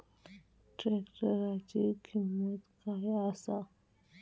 ट्रॅक्टराची किंमत काय आसा?